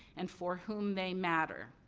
and for whom they matter,